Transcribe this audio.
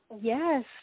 Yes